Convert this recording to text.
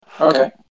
Okay